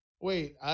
Wait